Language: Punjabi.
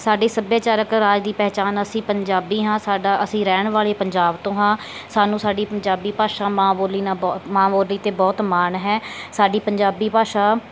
ਸਾਡੇ ਸੱਭਿਆਚਾਰਕ ਰਾਜ ਦੀ ਪਹਿਚਾਣ ਅਸੀਂ ਪੰਜਾਬੀ ਹਾਂ ਸਾਡਾ ਅਸੀਂ ਰਹਿਣ ਵਾਲੇ ਪੰਜਾਬ ਤੋਂ ਹਾਂ ਸਾਨੂੰ ਸਾਡੀ ਪੰਜਾਬੀ ਭਾਸ਼ਾ ਮਾਂ ਬੋਲੀ ਨਾਲ ਮਾਂ ਬੋਲੀ 'ਤੇ ਬਹੁਤ ਮਾਣ ਹੈ ਸਾਡੀ ਪੰਜਾਬੀ ਭਾਸ਼ਾ